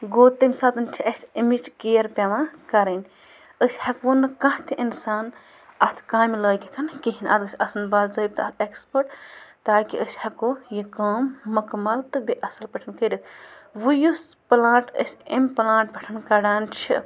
گوٚو تمۍ ساتَن چھِ اَسہِ امِچ کِیَر پٮ۪وان کَرٕنۍ أسۍ ہٮ۪کہٕ ووٚن نہٕ کانٛہہ تہِ اِنسان اَتھ کامہِ لٲگِتھ کِہیٖنۍ اَتھ گژھِ آسُن باضٲپطہٕ اَکھ اٮ۪کٕسپٲٹ تاکہِ أسۍ ہٮ۪کو یہِ کٲم مُکمل تہٕ بیٚیہِ اَصٕل پٲٹھۍ کٔرِتھ وٕ یُس پٕلانٛٹ أسۍ امۍ پٕلانٛٹ پٮ۪ٹھ کَڑان چھِ